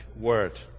word